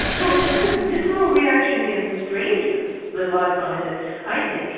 so it's it's a visceral reaction against strangeness that lies behind it i think.